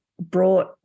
brought